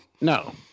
no